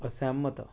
असैह्मत